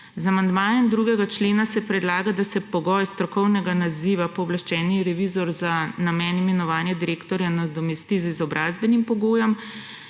Z amandmajem 2. člena se predlaga, da se pogoj strokovnega naziva pooblaščeni revizor za namen imenovanja direktorja nadomesti z izobrazbenim pogojem,